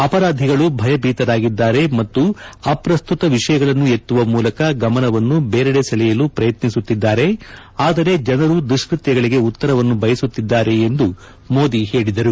ಅಪರಾಧಿಗಳು ಭಯಭೀತರಾಗಿದ್ದಾರೆ ಮತ್ತು ಅಪ್ರಸ್ತುತ ವಿಷಯಗಳನ್ನು ಎತ್ತುವ ಮೂಲಕ ಗಮನವನ್ನು ಬೇರೆಡೆ ಸೆಳೆಯಲು ಪ್ರಯತ್ನಿಸುತ್ತಿದ್ದಾರೆ ಆದರೆ ಜನರು ದುಷ್ಟತ್ತಗಳಿಗೆ ಉತ್ತರವನ್ನು ಬಯಸುತ್ತಿದ್ದಾರೆ ಎಂದು ಮೋದಿ ಹೇಳಿದರು